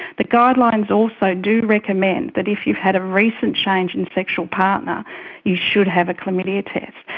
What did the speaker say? the guidelines also do recommend that if you've had a recent change in sexual partner you should have a chlamydia test.